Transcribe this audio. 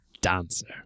dancer